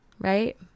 Right